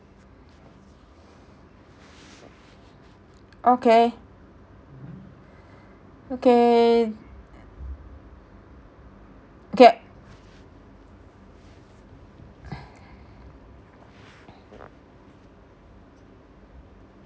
okay okay okay